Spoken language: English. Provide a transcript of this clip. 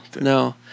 No